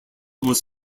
was